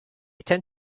tend